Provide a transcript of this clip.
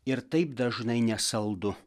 ir taip dažnai nesaldu